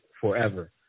forever